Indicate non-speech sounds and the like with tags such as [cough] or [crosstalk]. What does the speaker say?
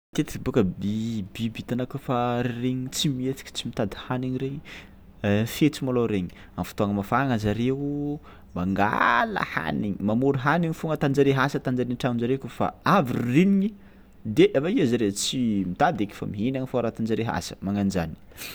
Matetiky bôka bi- biby hitanao kaofa ririnigny tsy mihetsiky tsy mitady hanigny regny [hesitation] fetsy malôha regny, am'fotoagna mafagna zareo mangala hanigny mamôry hanigny foagna atan-jare asa atan-jare an-tragnon-jare kaofa avy ririnigny de avy ake zare tsy mitady eky fa mihinagna fao atan-jareo asa magnan-jany. [noise]